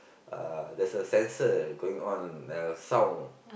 uh there's a sensor going on a sound